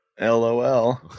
lol